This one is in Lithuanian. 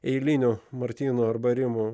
eiliniu martyno arba rimu